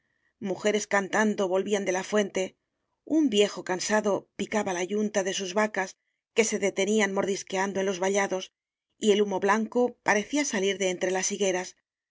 mujeres cantando volvían de la fuente un viejo cansado picaba la yunta de sus vacas que se detenían mordisqueando en los vallados y el humo blanco parecía salir de entre las higueras